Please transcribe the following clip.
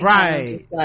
right